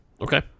Okay